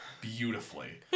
beautifully